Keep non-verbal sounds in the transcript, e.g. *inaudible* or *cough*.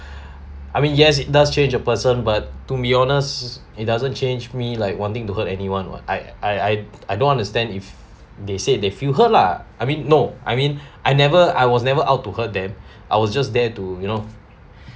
I mean yes it does change a person but to be honest it doesn't change me like wanting to hurt anyone what I I I don't want to stand if they said they feel hurt lah I mean no I mean *breath* I never I was never out to hurt them *breath* I was just there to you know